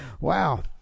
wow